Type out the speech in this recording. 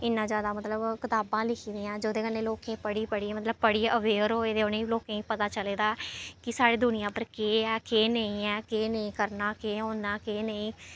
इन्ना जादा मतलब कताबां लिखी दियां जेह्दे कन्नै लोकें गी पढ़ी पढियै मतलब पढ़ियै अवेयर होए दे उ'नें लोकें गी पता चले दा कि साढ़ी दुनियां पर केह् ऐ केह् नेईं ऐ केह् नेईं करना केह् होना केह् नेईं